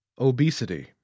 Obesity